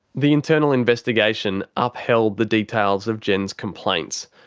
the internal investigation upheld the details of jen's complaints.